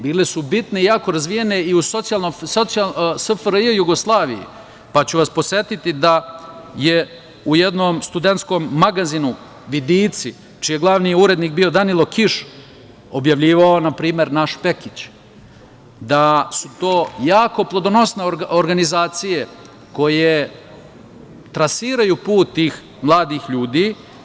Bile su bitne i jako razvijene i u SFRJ, pa ću vas podsetiti da je u jednom studentskom magazinu „Vidici“, čiji je glavni urednik bio Danilo Kiš, objavljivao, na primer, naš Pekić, da su to jako plodonosne organizacije koje trasiraju put tih mladih ljudi.